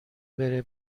بره